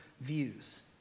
views